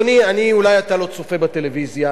אולי אתה לא צופה בטלוויזיה,